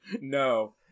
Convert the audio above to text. no